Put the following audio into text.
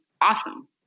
awesome